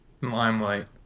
limelight